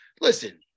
Listen